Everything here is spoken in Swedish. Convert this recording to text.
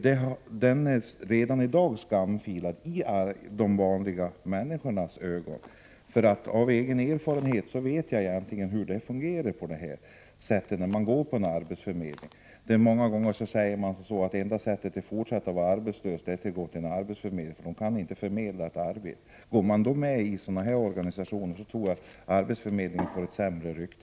Det är redan i dag skamfilat i de vanliga människornas ögon. Av egen erfarenhet vet jag hur det fungerar när man vänder sig till en arbetsförmedling. Det sägs ofta att enda sättet att fortsätta att vara arbetslös är att gå till arbetsförmedlingen — den kan ju inte förmedla några arbeten. Går arbetsförmedlingen dessutom med i sådana här organisationer, tror jag att den får ännu sämre rykte.